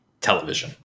television